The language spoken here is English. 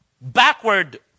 backward